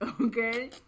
Okay